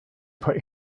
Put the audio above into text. put